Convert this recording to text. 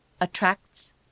attracts